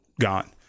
gone